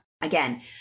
again